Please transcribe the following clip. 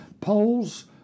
polls